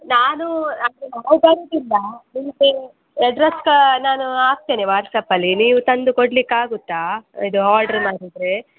ನಾನು ಅಂದರೆ ನಾವು ಬರುವುದಿಲ್ಲ ನಿಮಗೆ ಎಡ್ರೆಸ್ ನಾನು ಹಾಕ್ತೇನೆ ವಾಟ್ಸ್ಯಾಪ್ಪಲ್ಲಿ ನೀವು ತಂದು ಕೊಡ್ಲಿಕ್ಕೆ ಆಗುತ್ತಾ ಇದು ಆರ್ಡ್ರ್ ಮಾಡಿದರೆ